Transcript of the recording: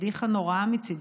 פדיחה נוראה מצידי.